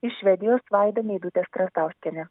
iš švedijos vaida meidutė strazdauskienė